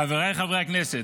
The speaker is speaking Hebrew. חבריי חברי הכנסת,